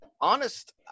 honest